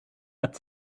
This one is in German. hat